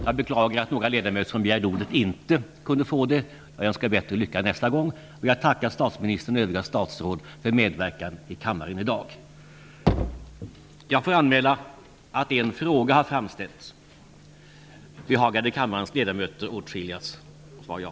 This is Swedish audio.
Jag beklagar att några ledamöter som har begärt ordet inte har fått det. Jag önskar bättre lycka nästa gång. Jag tackar statsministern och övriga statsråd för er medverkan i kammaren i dag.